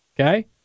okay